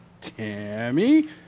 Tammy